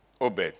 Obed